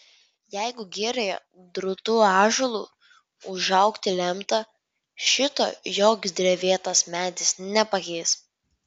jeigu girioje drūtu ąžuolu užaugti lemta šito joks drevėtas medis nepakeis